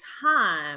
time